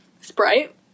Sprite